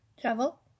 travel